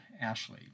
Ashley